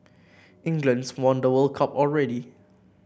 England's won the World Cup already